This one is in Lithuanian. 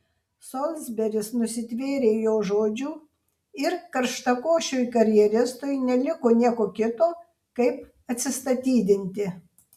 solsberis nusitvėrė jo žodžių ir karštakošiui karjeristui neliko nieko kito kaip atsistatydinti